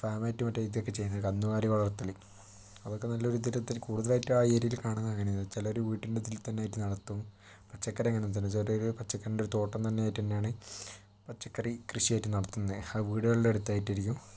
ഫാമായിട്ട് മറ്റേ ഇതൊക്കെ ചെയ്യുന്നത് കന്നുകാലി വളർത്തല് അതൊക്കെ നല്ല ഒത്തിരി ഒത്തിരി കൂടുതലായിട്ട് ആ ഏരിയയിൽ കാണുന്നത് അങ്ങനെ ആണ് ചിലർ വീട്ടില് ഇതിൽതന്നെ ആയിട്ട് നടത്തും പച്ചക്കറി അങ്ങനെത്തന്നെ ചെറിയോരു പച്ചക്കറീൻ്റെ ഒരു തോട്ടം തന്നെയായിട്ടെന്നെയാണ് പച്ചക്കറി കൃഷിയായിട്ട് നടത്തുന്നത് അത് വീടുകളുടെ അടുത്തായിട്ട് ആയിരിക്കും